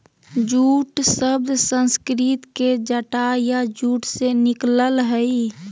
jute शब्द संस्कृत के जटा या जूट से निकलल हइ